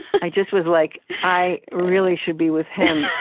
i just was like, i really should be with him.